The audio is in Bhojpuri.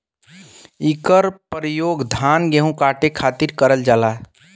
इकर परयोग धान गेहू काटे खातिर करल जाला